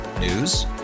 News